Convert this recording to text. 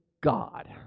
God